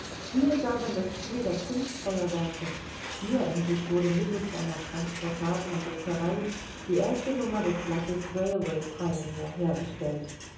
hier sah man das spiel der kunstfeuerwerke hier endlich wurde mittelst einer transportablen druckerei die erste nummer des blattes railway pioneer hergestellt